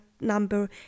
number